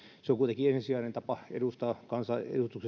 on kuitenkin ensisijainen tapa edustaa kansaa edustuksellisessa